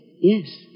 Yes